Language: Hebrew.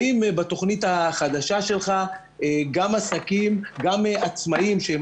האם בתוכנית החדשה שלך גם עסקים גם עצמאים שהם